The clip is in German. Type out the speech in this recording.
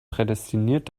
prädestiniert